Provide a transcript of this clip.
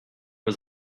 was